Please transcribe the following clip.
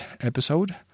episode